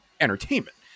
entertainment